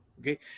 Okay